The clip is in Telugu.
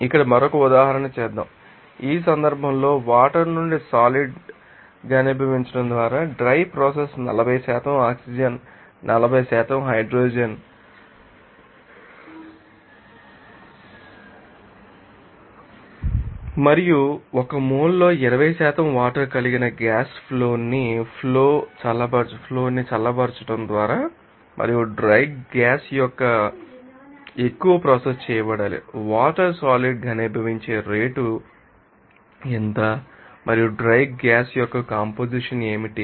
ఇక్కడ మరొక ఉదాహరణ చేద్దాం ఈ సందర్భంలో వాటర్ నుండి సాలిడ్ గనిభవించడం ద్వారా డ్రై ప్రోసెస్ 40 ఆక్సిజన్ 40 హైడ్రోజన్ మరియు ఒక మోల్ లో 20 వాటర్ కలిగిన గ్యాస్ ఫ్లో న్ని ఫ్లో న్ని చల్లబరచడం ద్వారా మరియు డ్రై గ్యాస్ యొక్క గంటకు ఎక్కువ ప్రాసెస్ చేయబడాలి వాటర్ సాలిడ్ గనిభవించే రేటు ఎంత మరియు డ్రై గ్యాస్ యొక్క కంపొజిషన్ ఏమిటి